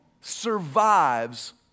survives